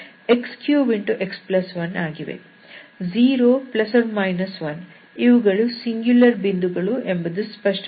0 ±1 ಇವುಗಳು ಸಿಂಗುಲರ್ ಬಿಂದುಗಳು ಎಂಬುದು ಸ್ಪಷ್ಟವಾಗಿದೆ